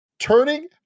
Turning